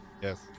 Yes